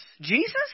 Jesus